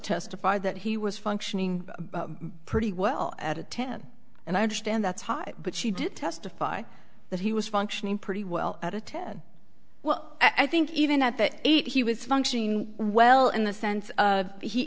testified that he was functioning pretty well at a ten and i understand that's high but she did testify that he was functioning pretty well at a ten well i think even at that age he was functioning well in the sense